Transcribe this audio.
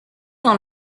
dans